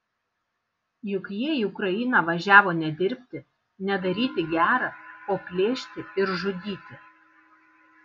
juk jie į ukrainą važiavo ne dirbti ne daryti gera o plėšti ir žudyti